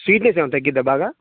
seedless ఏమైనా తగ్గుతుందా బాగా